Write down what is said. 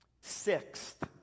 sixth